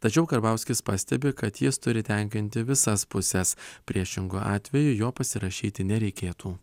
tačiau karbauskis pastebi kad jis turi tenkinti visas puses priešingu atveju jo pasirašyti nereikėtų